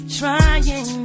trying